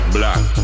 Black